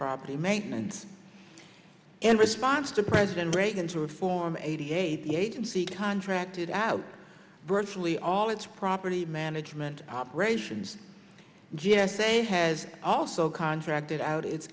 property maintenance and response to president reagan to reform eighty eight the agency contracted out virtually all its property management operations g s a has also contracted out it